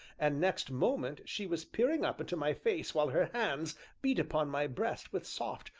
and next moment she was peering up into my face while her hands beat upon my breast with soft,